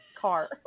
car